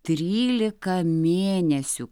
trylika mėnesių